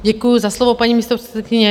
Děkuji za slovo, paní místopředsedkyně.